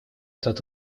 этот